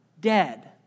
dead